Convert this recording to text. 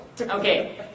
Okay